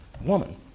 woman